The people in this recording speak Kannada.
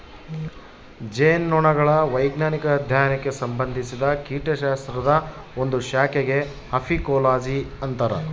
ಜೇನುನೊಣಗಳ ವೈಜ್ಞಾನಿಕ ಅಧ್ಯಯನಕ್ಕೆ ಸಂಭಂದಿಸಿದ ಕೀಟಶಾಸ್ತ್ರದ ಒಂದು ಶಾಖೆಗೆ ಅಫೀಕೋಲಜಿ ಅಂತರ